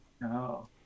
No